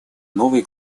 новые